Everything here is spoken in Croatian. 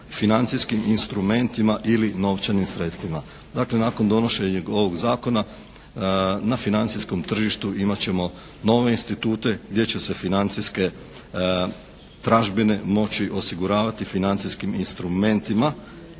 financijskim instrumentima ili novčanim sredstvima. Dakle, nakon donošenja ovog zakona na financijskom tržištu imat ćemo nove institute gdje će se financijske tražbine moći osiguravati financijskim instrumentima